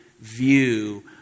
view